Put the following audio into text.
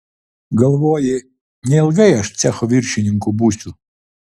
galvoji neilgai aš cecho viršininku būsiu